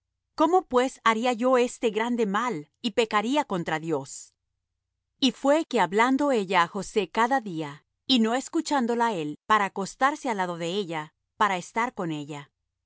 cómo pues haría yo este grande mal y pecaría contra dios y fué que hablando ella á josé cada día y no escuchándola él para acostarse al lado de ella para estar con ella